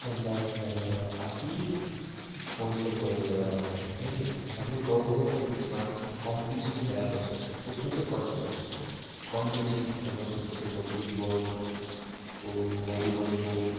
चन्दा उठाएर आफै स्पोन्सर गरेर हुन्छ नि सबै गाउँ गाउँको बिचमा कम्पिटिसन् खेलाइबस्छ त्यस्तो चाहिँ गर्छ यहाँ कम्पिटिसन् खेलाइबस्छ जस्तै अब फुटबलको भलिबलको